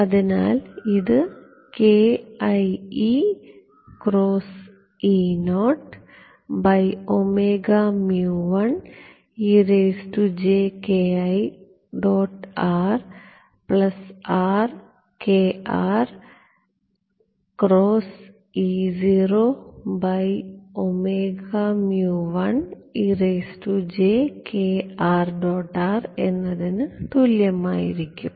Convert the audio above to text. അതിനാൽ ഇത് എന്നതിനു തുല്യമായിരിക്കും